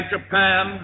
Japan